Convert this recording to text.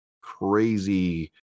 crazy